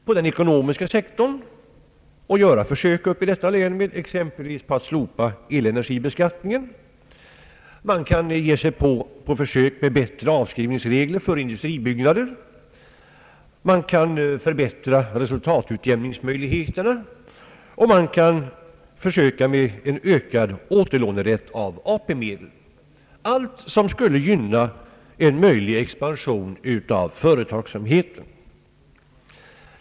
På den ekonomiska sektorn kan man t.ex. i detta län försöka att slopa energibeskattningen. Man kan på försök tillämpa bättre avskrivningsregler för industribyggnader, man kan förbättra — resultatutjämningsmöjligheterna, och man kan försöka med en ökad återlånerätt av AP-medel. Allt sådant skulle gynna en möjlig expansion av företagsamheten.